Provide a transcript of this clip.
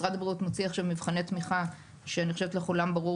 משרד הבריאות מוציא עכשיו מבחני תמיכה שאני חושבת שלכולם ברור